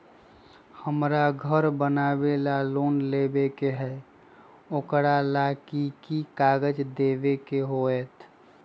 हमरा घर बनाबे ला लोन लेबे के है, ओकरा ला कि कि काग़ज देबे के होयत?